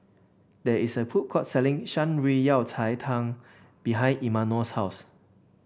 there is a food court selling Shan Rui Yao Cai Tang behind Imanol's house